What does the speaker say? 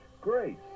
Grace